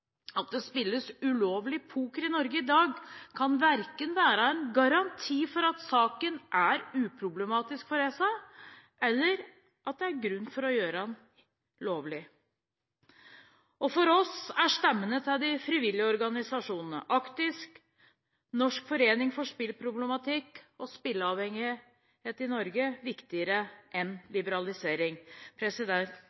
At det spilles ulovlig poker i Norge i dag, kan verken være en garanti for at saken er uproblematisk for ESA, eller at det er grunn til å gjøre det lovlig. For oss er stemmene til de frivillige organisasjonene Actis, Norsk Forening for Spillproblematikk og Spillavhengighet Norge viktigere enn